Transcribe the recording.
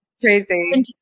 Crazy